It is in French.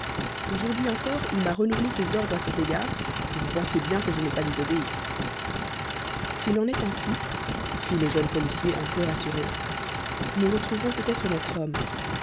aujourd'hui encore il m'a renouvelé ses ordres à cet égard et vous pensez bien que je n'ai pas désobéi s'il en est ainsi fit le jeune policier un peu rassuré nous retrouverons peut-être notre homme